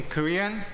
Korean